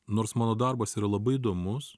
nors mano darbas yra labai įdomus